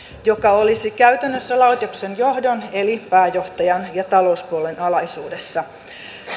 joka olisi käytännössä laitoksen johdon eli pääjohtajan ja talouspuolen alaisuudessa